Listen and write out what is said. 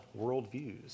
worldviews